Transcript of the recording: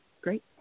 Great